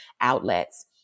outlets